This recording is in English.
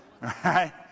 Right